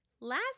Last